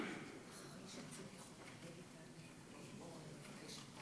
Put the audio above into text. אני מבינה שזאת